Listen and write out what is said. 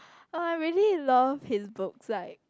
I really love his books like